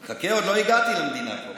חכה, עוד לא הגעתי למדינה פה.